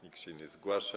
Nikt się nie zgłasza.